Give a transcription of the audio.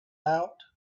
out